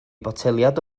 botelaid